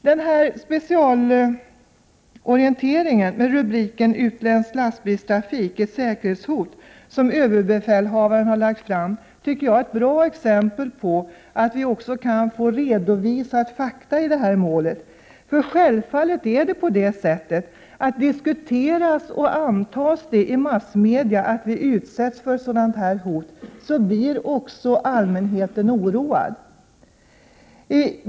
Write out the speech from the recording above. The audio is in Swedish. Den specialorientering med rubriken Utländsk lastbilstrafik, ett säkerhetshot?, som överbefälhavaren har lagt fram, tycker jag är ett bra exempel på att vi också kan få fakta i målet redovisade. Diskuteras och antas det i massmedia att vi utsätts för sådant hot blir självfallet också allmänheten oroad.